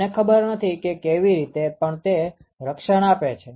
મને ખબર નથી કે કેવી રીતે પણ તે રક્ષણ આપે છે